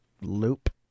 loop